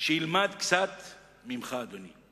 שילמד קצת ממך, אדוני.